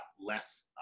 less